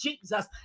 jesus